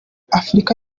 afurika